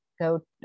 go